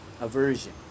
aversion